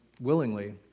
willingly